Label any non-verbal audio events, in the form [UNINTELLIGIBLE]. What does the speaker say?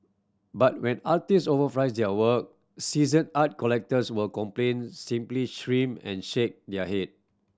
but when artist over [UNINTELLIGIBLE] their work seasoned art collectors will complain simply [UNINTELLIGIBLE] and shake their head